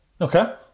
Okay